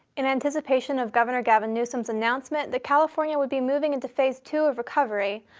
in anticipation of governor gavin newsom's announcement that california would be moving into phase two of recovery,